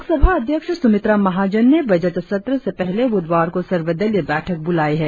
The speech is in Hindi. लोकसभा अध्यक्ष सुमित्रा महाजन ने बजट सत्र से पहले बुधवार को सर्वदलीय बैठक बुलाई है